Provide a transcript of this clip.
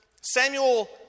Samuel